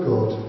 God